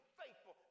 faithful